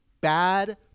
bad